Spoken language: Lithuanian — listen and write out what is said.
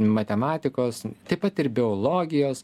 matematikos taip pat ir biologijos